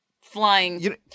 flying